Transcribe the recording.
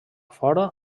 fora